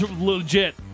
Legit